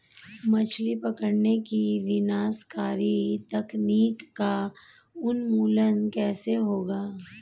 मछली पकड़ने की विनाशकारी तकनीक का उन्मूलन कैसे होगा?